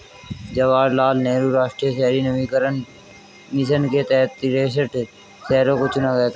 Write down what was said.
जवाहर लाल नेहरू राष्ट्रीय शहरी नवीकरण मिशन के तहत तिरेसठ शहरों को चुना गया था